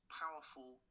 powerful